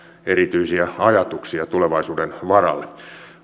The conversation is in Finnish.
erityisiä ajatuksia tulevaisuuden varalle